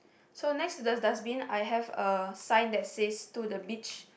so next to the dustbin I have a sign that says to the beach